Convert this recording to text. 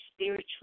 spiritual